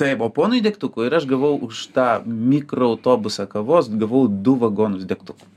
taip o ponui degtukų ir aš gavau už tą mikroautobusą kavos gavau du vagonus degtukų